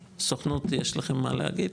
סוכנות, יש לכם מה להגיד?